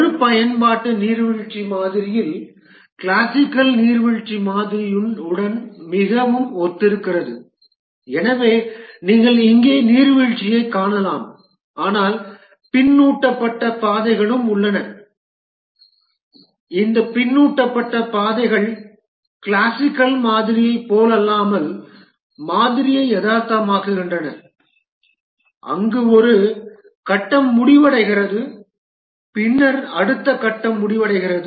மறுபயன்பாட்டு நீர்வீழ்ச்சி மாதிரியில் கிளாசிக்கல் நீர்வீழ்ச்சி மாதிரியுடன் மிகவும் ஒத்திருக்கிறது எனவே நீங்கள் இங்கே நீர்வீழ்ச்சியைக் காணலாம் ஆனால் பின்னூட்ட பாதைகளும் உள்ளன இந்த பின்னூட்டப் பாதைகள் கிளாசிக்கல் மாதிரியைப் போலல்லாமல் மாதிரியை யதார்த்தமாக்குகின்றன அங்கு ஒரு கட்டம் முடிவடைகிறது பின்னர் அடுத்த கட்டம் முடிவடைகிறது